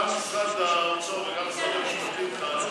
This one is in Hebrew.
גם משרד האוצר וגם משרד המשפטים טענו